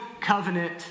covenant